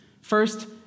First